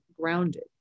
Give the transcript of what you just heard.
grounded